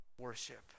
worship